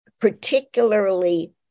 particularly